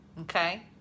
Okay